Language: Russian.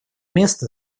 место